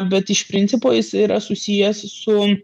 bet iš principo jis yra susijęs su